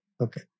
Okay